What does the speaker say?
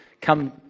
come